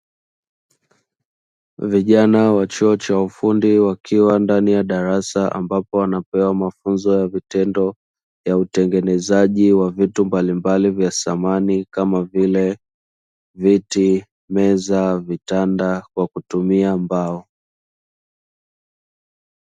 Vijana wa chuo cha ufundi wakiwa ndani ya darasa ambapo wanapewa mafunzo ya vitendo ya utengenezaji wa vitu mbalimbali vya samani kama vile; viti, meza, vitanda kwa kutumia mbao.